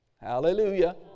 Hallelujah